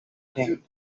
head